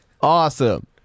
awesome